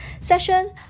session